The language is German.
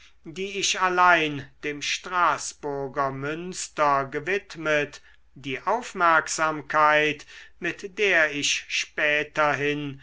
die ich allein dem straßburger münster gewidmet die aufmerksamkeit mit der ich späterhin